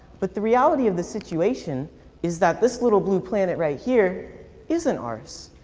but the reality of the situation is that this little blue planet right here isn't ours.